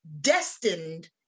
destined